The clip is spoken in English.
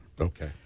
Okay